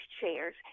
chairs